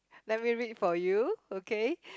let me read for you okay